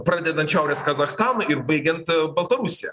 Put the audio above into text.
pradedant šiaurės kazachstanu ir baigiant baltarusija